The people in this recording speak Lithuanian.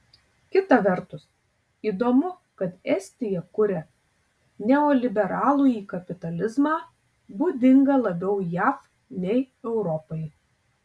kita vertus įdomu kad estija kuria neoliberalųjį kapitalizmą būdingą labiau jav nei europai